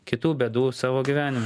kitų bėdų savo gyvenime